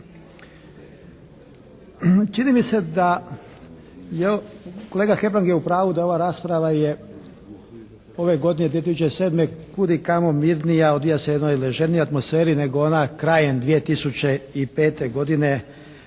Čini mi se da je, kolega Hebrang je u pravu da ova rasprava je ove godine 2007. kudikamo mirnija, odvija se u jednoj ležernijoj atmosferi nego ona krajem 2005. godine